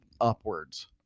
upwards